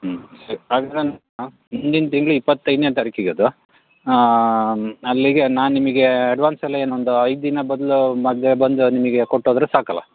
ಹ್ಞೂ ಸರಿ ಹಾಗಿದ್ದರೆ ಮುಂದಿನ ತಿಂಗಳು ಇಪ್ಪತ್ತೈದನೆ ತಾರೀಕಿಗೆ ಅದು ಹಾಂ ಅಲ್ಲಿಗೆ ನಾ ನಿಮಿಗೆ ಅಡ್ವಾನ್ಸೆಲ್ಲ ಇನ್ನೊಂದು ಐದು ದಿನ ಮೊದ್ಲು ಮೊದ್ಲೆ ಬಂದು ನಿಮಗೆ ಕೊಟ್ಟು ಹೋದರೆ ಸಾಕಲ್ಲ